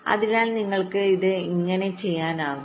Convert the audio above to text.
അതിനാൽ നിങ്ങൾക്ക് ഇത് എങ്ങനെ ചെയ്യാനാകും